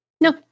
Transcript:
No